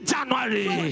January